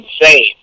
Insane